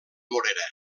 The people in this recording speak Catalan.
morera